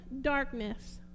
darkness